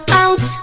out